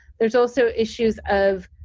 there's also issues of